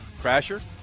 Crasher